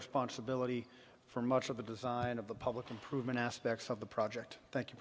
responsibility for much of the design of the public improvement aspects of the project thank you